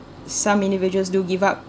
some individuals do give up